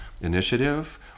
initiative